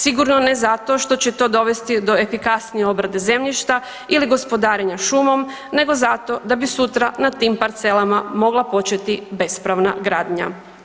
Sigurno ne zato što će to dovesti do efikasnije obrade zemljišta ili gospodarenja šumom, nego zato da bi sutra na tim parcelama mogla početi bespravna gradnja.